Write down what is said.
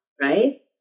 right